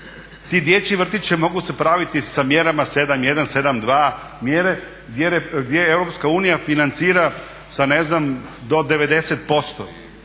Ti dječji vrtići mogu se praviti sa mjerama 7.1., 7.2. gdje EU financira sa ne znam do 90%.